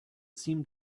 seemed